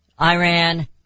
Iran